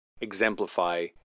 exemplify